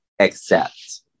accept